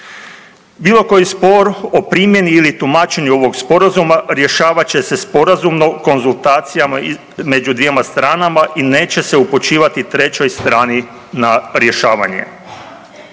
Bilo koji spor o primjeni ili tumačenju ovog Sporazuma, rješavat će se sporazumno u konzultacijama među dvjema stranama i neće se upućivati trećoj strani na rješavanje.